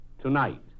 tonight